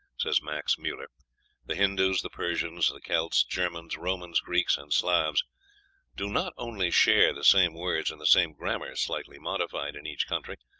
says max muller the hindoos, the persians, the celts, germans, romans, greeks, and slavs do not only share the same words and the same grammar, slightly modified in each country,